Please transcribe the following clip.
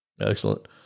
Excellent